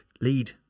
lead